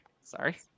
Sorry